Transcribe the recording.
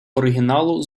оригіналу